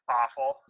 awful